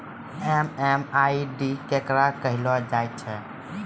MMID केकरा कहलो जाय छै